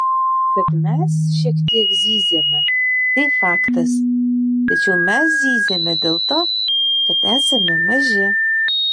kad mes šiek tiek zyziame tai faktas tačiau mes zyziame dėl to kad esame maži